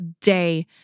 day